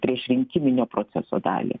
priešrinkiminio proceso dalį